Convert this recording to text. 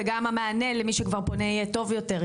וגם המענה למי שכבר פונה יהיה טוב יותר,